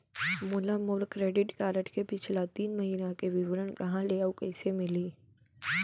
मोला मोर credit card के पिछला तीन महीना के विवरण कहाँ ले अऊ कइसे मिलही?